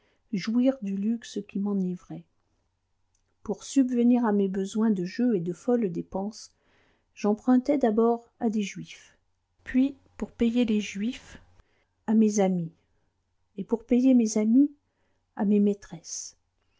jouir du luxe qui m'enivrait pour subvenir à mes besoins de jeu et de folles dépenses j'empruntai d'abord à des juifs puis pour payer les juifs à mes amis et pour payer mes amis à mes maîtresses